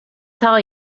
tell